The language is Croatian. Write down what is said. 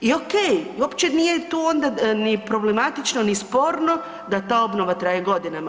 I ok i uopće nije tu onda ni problematično, ni sporno da ta obnova traje godinama.